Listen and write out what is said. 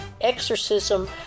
exorcism